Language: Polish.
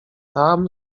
tam